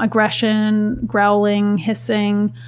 aggression, growling, hissing,